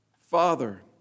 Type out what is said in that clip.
Father